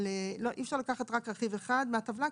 אבל אי אפשר לקחת רק רכיב אחד מהטבלה,